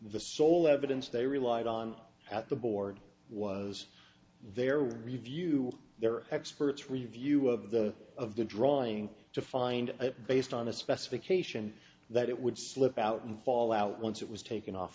the sole evidence they relied on at the board was their review their experts review of the of the drawing to find it based on a specification that it would slip out and fall out once it was taken off